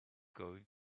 going